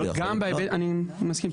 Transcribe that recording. אני מסכים.